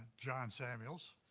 john samuels,